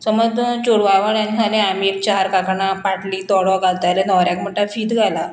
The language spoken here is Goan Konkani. समज तर चोडवा वाल्यान सांगलें आमी एक चार काकणां पाटलीं तोडो घालता जाल्यार न्हवऱ्याक म्हणटा फीत घाला